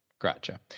Gotcha